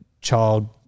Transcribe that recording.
child